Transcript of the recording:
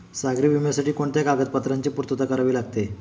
सागरी विम्यासाठी कोणत्या कागदपत्रांची पूर्तता करावी लागते?